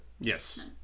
Yes